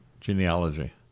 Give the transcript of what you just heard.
genealogy